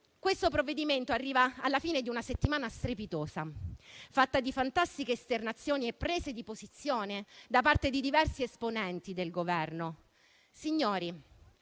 Questo provvedimento arriva alla fine di una settimana strepitosa, fatta di fantastiche esternazioni e prese di posizione da parte di diversi esponenti del Governo.